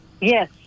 Yes